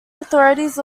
authorities